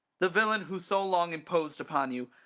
the villain who so long imposed upon you,